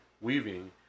weaving